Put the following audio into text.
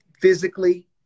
physically